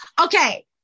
Okay